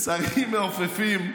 שרים מעופפים,